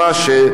תודה רבה.